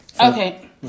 Okay